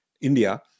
India